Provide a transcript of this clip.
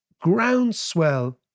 groundswell